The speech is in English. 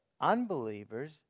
unbelievers